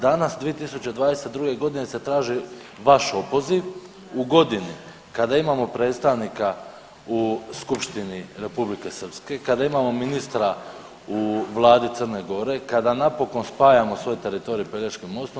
Danas 2022. godine se traži vaš opoziv u godini kada imamo predstavnika u skupštini Republike Srpske, kada imamo ministra u vladi Crne Gore, kada napokon spajamo svoj teritorij Pelješkim mostom.